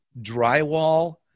drywall